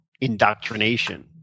indoctrination